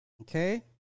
Okay